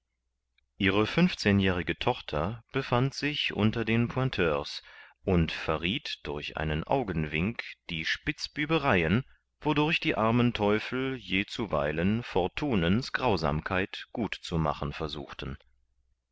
ihre funfzehnjährige tochter befand sich unter den pointeurs und verrieth durch einen augenwink die spitzbübereien wodurch die armen teufel jezuweilen fortunens grausamkeit gut zu machen versuchten